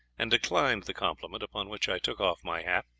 and declined the compliment upon which i took off my hat,